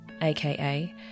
aka